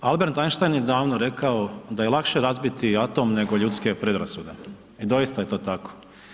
Albert Einstein je davno rekao da je lakše razbiti atom nego ljudske predrasude i doista je to tako.